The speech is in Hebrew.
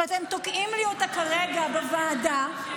שאתם תוקעים לי כרגע בוועדה,